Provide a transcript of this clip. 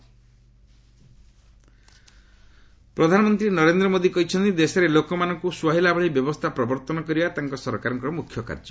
PM BJP workers ପ୍ରଧାନମନ୍ତ୍ରୀ ନରେନ୍ଦ୍ର ମୋଦି କହିଛନ୍ତି ଦେଶରେ ଲୋକମାନଙ୍କୁ ସୁହାଇଲା ଭଳି ବ୍ୟବସ୍ଥା ପ୍ରବର୍ତ୍ତନ କରିବା ତାଙ୍କ ସରକାରଙ୍କ ମୁଖ୍ୟ କାର୍ଯ୍ୟ